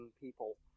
people